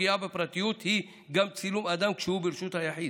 פגיעה בפרטיות היא גם "צילום אדם כשהוא ברשות היחיד".